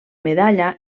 medalla